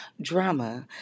drama